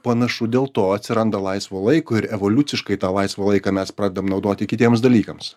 panašu dėl to atsiranda laisvo laiko ir evoliuciškai tą laisvą laiką mes pradedam naudoti kitiems dalykams